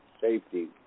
safety